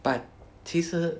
but 其实